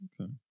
Okay